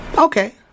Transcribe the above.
Okay